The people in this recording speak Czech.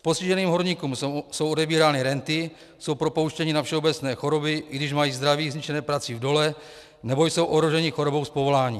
Postiženým horníkům jsou odebírány renty, jsou propouštěni na všeobecné choroby, i když mají zdraví zničené prací v dole nebo jsou ohroženi chorobou z povolání.